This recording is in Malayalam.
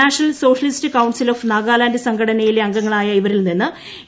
national Socialist Council of Nagaland സംഘടനയിലെ അംഗങ്ങളായ ഇവരിൽ നിന്ന് എ